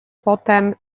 potem